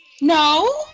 No